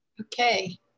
Okay